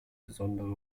besondere